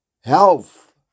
health